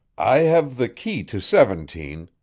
i have the key to seventeen,